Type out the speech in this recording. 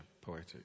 poetic